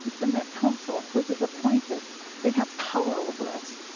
the met council which is appointed they have power over us.